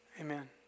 Amen